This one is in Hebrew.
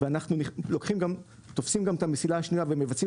ואנחנו תופסים גם את המסילה השנייה ומבצעים